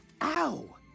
Ow